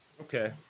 Okay